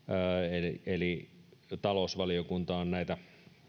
eli eli talousvaliokunta on näitä